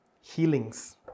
Healings